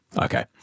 Okay